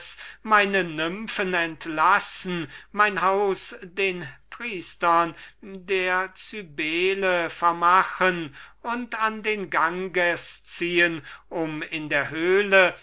meine nymphen entlassen mein haus den priestern der cybele vermachen und an den ganges ziehen und in der höhle